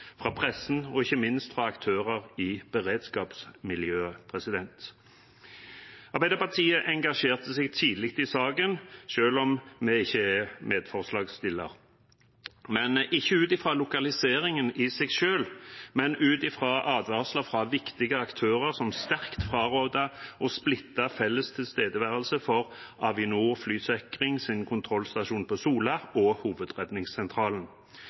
fra pressen og ikke minst fra aktører i beredskapsmiljøet. Arbeiderpartiet engasjerte seg tidlig i saken – selv om vi ikke er medforslagsstiller – ikke på grunn av lokaliseringen i seg selv, men på grunn av advarsler fra viktige aktører, som sterkt fraråder å splitte felles tilstedeværelse for Avinor Flysikrings kontrollstasjon på Sola og Hovedredningssentralen.